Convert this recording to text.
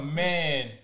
man